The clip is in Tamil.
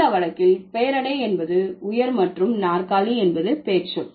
இந்த வழக்கில் பெயரடை என்பது உயர் மற்றும் நாற்காலி என்பது பெயர்ச்சொல்